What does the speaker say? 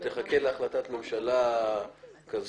ותחכה להחלטת הממשלה כזו,